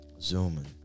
Zooming